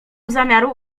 zamiaru